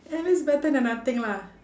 at least better than nothing lah